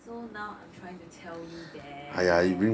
so now I'm trying to tell you that